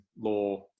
law